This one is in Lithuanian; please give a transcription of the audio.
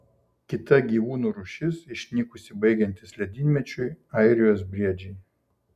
kita gyvūnų rūšis išnykusi baigiantis ledynmečiui airijos briedžiai